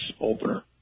opener